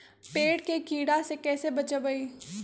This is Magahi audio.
पेड़ के कीड़ा से कैसे बचबई?